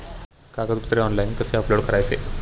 कागदपत्रे ऑनलाइन कसे अपलोड करायचे?